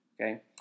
okay